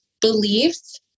beliefs